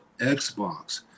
xbox